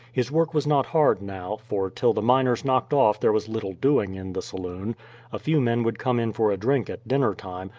his work was not hard now, for till the miners knocked off there was little doing in the saloon a few men would come in for a drink at dinnertime,